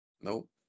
Nope